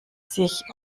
sich